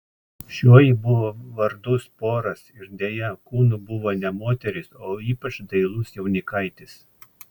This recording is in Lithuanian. šioji buvo vardu sporas ir deja kūnu buvo ne moteris o ypač dailus jaunikaitis